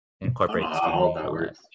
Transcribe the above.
incorporate